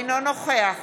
אינו נוכח